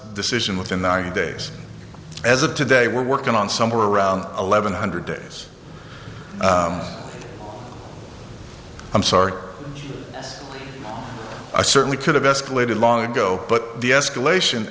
decision within the ninety days as of today we're working on somewhere around eleven hundred days i'm sorry i certainly could have escalated long ago but the escalation